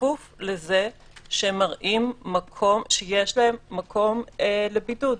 בכפוף לזה שהם מראים שיש להם מקום לבידוד.